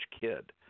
kid